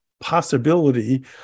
possibility